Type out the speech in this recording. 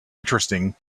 interesting